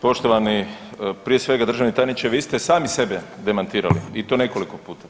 Poštovani, prije svega državni tajniče, vi ste sami sebe demantirali i to nekoliko puta.